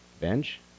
bench